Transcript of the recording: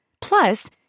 Plus